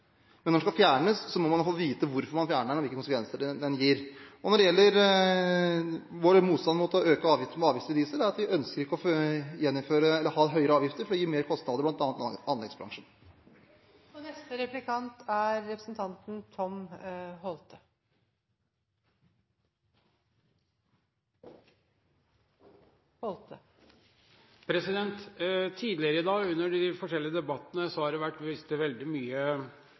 men når den skal fjernes, må man i alle fall vite hvorfor man fjerner den, og hvilke konsekvenser det får. Når det gjelder vår motstand mot å øke avgiftene på avgiftsfri diesel, er det fordi vi ikke ønsker å ha høyere avgifter, fordi det gir merkostnader for bl.a. anleggsbransjen. Tidligere i dag, under de forskjellige debattene, har det vært vist veldig mye